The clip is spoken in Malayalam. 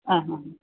അ ഹാ ഹാ